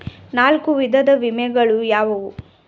ನಾಲ್ಕು ವಿಧದ ವಿಮೆಗಳು ಯಾವುವು?